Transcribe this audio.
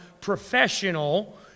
professional